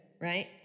right